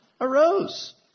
arose